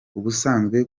ubusanzwe